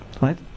right